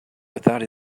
without